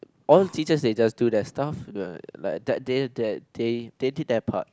all the teachers they just do their stuff like that that they they did their part